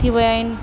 थी विया आहिनि